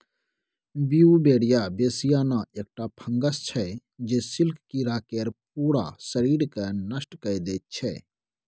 Beauveria bassiana एकटा fungus छै जे सिल्क कीरा केर पुरा शरीरकेँ नष्ट कए दैत छै